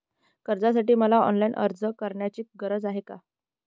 कर्जासाठी मला ऑनलाईन अर्ज करण्याची गरज आहे का?